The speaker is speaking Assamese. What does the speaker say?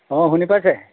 অঁ শুনি পাইছে